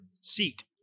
seat